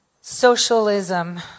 socialism